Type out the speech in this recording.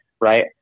Right